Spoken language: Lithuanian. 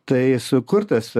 tai sukurtas